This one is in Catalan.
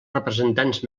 representants